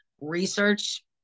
research